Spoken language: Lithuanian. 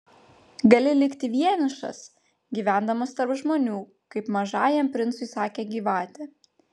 gali likti vienišas gyvendamas tarp žmonių kaip mažajam princui sakė gyvatė